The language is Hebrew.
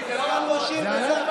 זה עלה כבר על ידי שרים.